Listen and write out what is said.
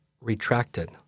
retracted